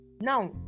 Now